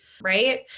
Right